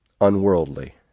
unworldly